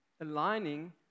Aligning